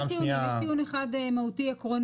(תיקון מס' 76) (שינוי מתכונת האסדרה בתחום הבזק),